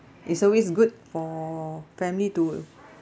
it's always good for family to